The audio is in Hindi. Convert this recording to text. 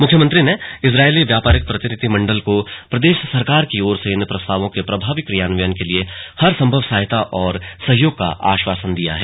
मुख्यमंत्री ने इसराइली व्यापारिक प्रतिनिधिमण्डल को प्रदेश सरकार की ओर से इन प्रस्तावों के प्रभावी क्रियान्वयन के लिए हर संभव सहायता और सहयोग का आश्वासन दिया है